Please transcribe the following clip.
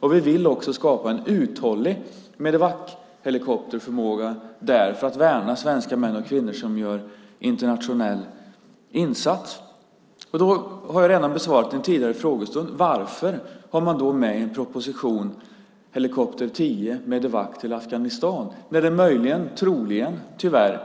Vi vill också skapa en uthållig Medevachelikopterförmåga där för att värna svenska män och kvinnor som gör internationell insats. I en tidigare frågestund har jag redan besvarat varför vi har med helikopter 10 och Medevac till Afghanistan i en proposition när vi tyvärr